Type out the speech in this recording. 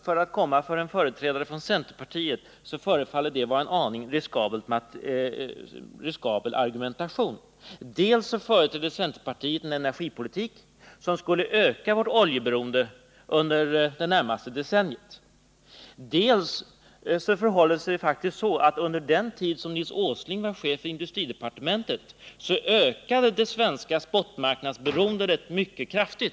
För att komma från en företrädare för centerpartiet förefaller detta vara en något riskabel argumentation. Dels företräder centerpartiet en energipolitik, som skulle öka vårt oljeberoende under det närmaste decenniet, dels förhåller det sig faktiskt så, att under den tid då Nils Åsling var chef för industridepartementet ökade det svenska spotmarknadsberoendet mycket kraftigt.